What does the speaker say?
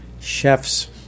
chefs